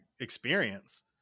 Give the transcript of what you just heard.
experience